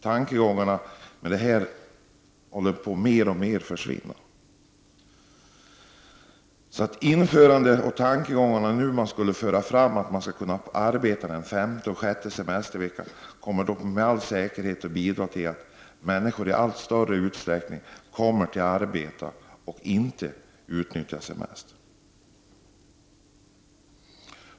Tanken på detta håller mer och mer på att försvinna. Tankegångarna att man skulle kunna arbeta den femte och sjätte semesterveckan kommer dock med stor säkerhet att bidra till att människor i allt större utsträckning kommer att arbeta och inte utnyttja semestern.